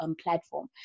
platform